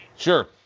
Sure